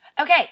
Okay